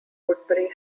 woodbury